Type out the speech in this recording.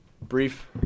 brief